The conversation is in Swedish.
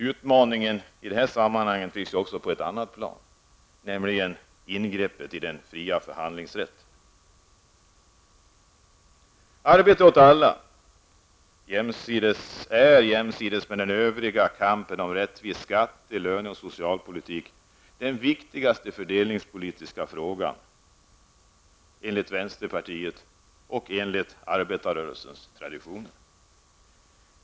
Utmaningen i detta sammanhang finns också på annat plan, nämligen ingreppet i den fria förhandlingsrätten. Arbete åt alla är jämsides med den övriga kampen om rättvis skatte-, löne och socialpolitik den viktigaste fördelningspolitiska frågan enligt vänsterpartiet och enligt arbetarrörelsens traditioner.